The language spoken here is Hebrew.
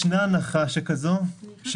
ישנה הנחה שכזו.